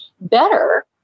Better